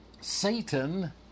Satan